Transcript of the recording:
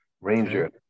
Ranger